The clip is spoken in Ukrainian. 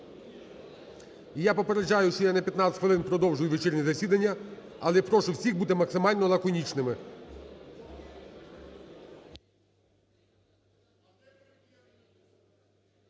я попереджаю, що я на 15 хвилин продовжую вечірнє засідання, але прошу всіх бути максимально лаконічними.